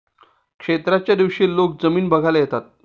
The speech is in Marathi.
क्षेत्राच्या दिवशी लोक जमीन बघायला येतात